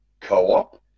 co-op